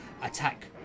attack